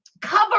cover